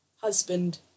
Husband